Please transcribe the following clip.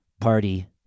party